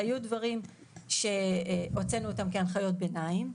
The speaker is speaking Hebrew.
היו דברים שהוצאנו אותם כהנחיות ביניים,